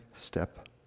step